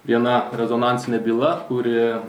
viena rezonansinė byla kuri